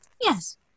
Yes